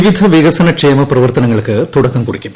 വിവിധ വികസനക്ഷേമ പ്രവർത്തനങ്ങൾക്ക് തുടക്കം കുറിക്കും